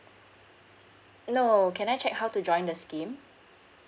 no can I check how to join the scheme